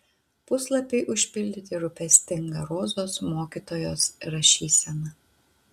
puslapiai užpildyti rūpestinga rozos mokytojos rašysena